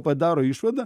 padaro išvadą